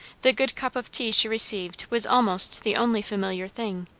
the good cup of tea she received was almost the only familiar thing,